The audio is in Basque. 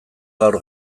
gaur